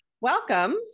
Welcome